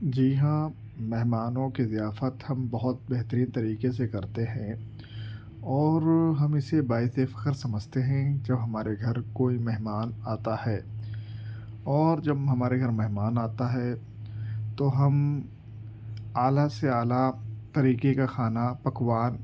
جی ہاں مہمانوں کے ضیافت ہم بہت بہترین طریقے سے کرتے ہیں اور ہم اسے باعث فخر سمجھتے ہیں جب ہمارے گھر کوئی مہمان آتا ہے اور جب ہمارے گھر مہمان آتا ہے تو ہم اعلیٰ سے اعلیٰ طریقے کا کھانا پکوان